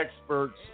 experts